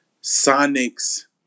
Sonic's